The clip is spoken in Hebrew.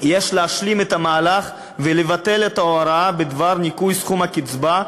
יש להשלים את המהלך ולבטל את ההוראה בדבר ניכוי סכום הקצבה,